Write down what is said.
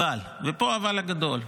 אבל, ופה האבל הגדול,